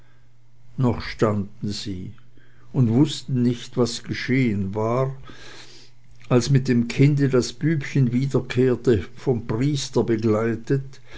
noch standen sie und wußten nicht was geschehen war als mit dem kinde das bübchen wiederkehrte vom priester begleitet